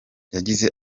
yagize